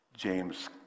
James